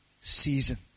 season